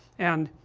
and,